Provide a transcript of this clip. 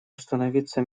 установиться